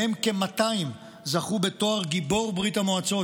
ומהם כ-200 זכו בתואר גיבור ברית המועצות,